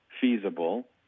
feasible